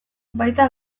baita